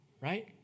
right